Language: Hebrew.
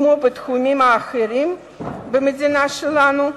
כמו בתחומים האחרים במדינה שלנו,